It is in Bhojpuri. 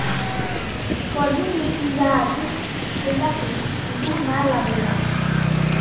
गरमी में पियाज खइला से लू ना लागेला